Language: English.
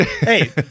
Hey